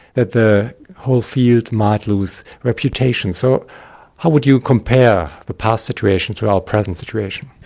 that the whole field might lose reputation. so how would you compare the past situation to our present situation?